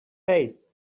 face